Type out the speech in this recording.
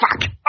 fuck